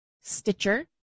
Stitcher